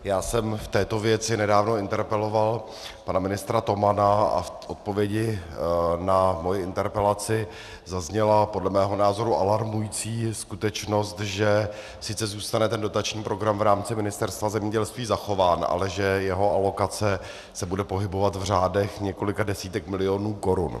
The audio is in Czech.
Já jsem v této věci nedávno interpeloval pana ministra Tomana a v odpovědi na moji interpelaci zazněla podle mého názoru alarmující skutečnost, že sice zůstane ten dotační program v rámci Ministerstva zemědělství zachován, ale že jeho alokace se bude pohybovat v řádech několika desítek milionů korun.